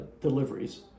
deliveries